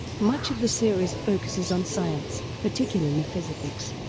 much of the series focuses on science, particularly physics.